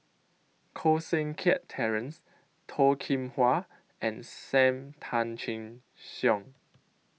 Koh Seng Kiat Terence Toh Kim Hwa and SAM Tan Chin Siong